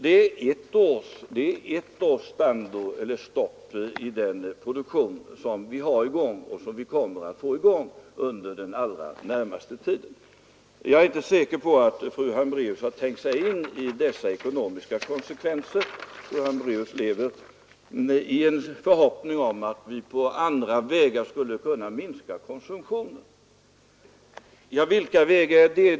Det är vad ett års stopp i den produktion vi har i gång och kommer att få i gång under den allra närmaste tiden medför i merkostnad. Jag är inte säker på att fru Hambraeus har tänkt sig in i dessa ekonomiska konsekvenser. Fru Hambraeus lever i en förhoppning om att vi på andra vägar skulle kunna minska konsumtionen. Vilka vägar är det?